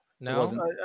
No